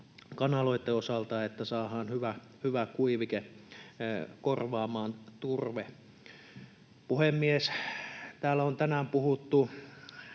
kanaloitten osalta, että saadaan hyvä kuivike korvaamaan turve. Puhemies! Täällä on tänään puhuttu